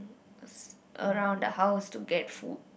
around the house to get food